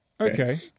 Okay